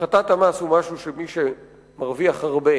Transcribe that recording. הפחתת המס היא משהו שמי שמרוויח הרבה